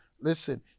Listen